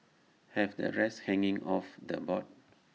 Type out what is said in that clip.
have the rest hanging off the board